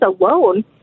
alone